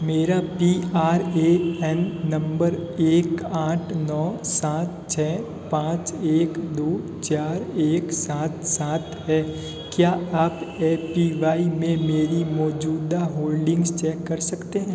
मेरा P R A N नम्बर एक आठ नौ सात छः पाँच एक दौ चार एक सात सात है क्या आप ए पी वाई में मेरी मौजूदा होल्डिंग्स चेक कर सकते हैं